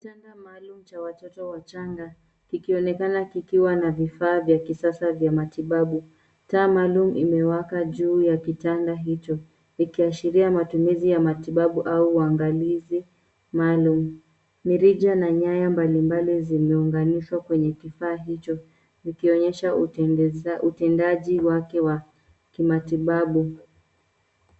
Tanda maaluma cha watoto wachanga kikionekana kikiwa na vifaa vya kisasa vya matibabu. Taa maalum imewaka juu ya kitanda hicho Ikiashiria matumizi ya matibabu au uwangalizi maalum. Mirija na nyaya mbalimbali zimeunganishwa kwenye kifaa hicho ikionyesha utendaji wake wa kimatibabu.